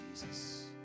Jesus